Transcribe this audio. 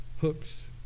hooks